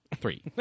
Three